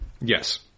Yes